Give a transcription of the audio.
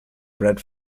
bread